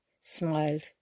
smiled